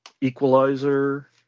equalizer